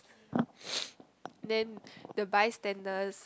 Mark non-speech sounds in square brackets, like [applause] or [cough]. [noise] then the by standers